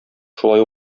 шулай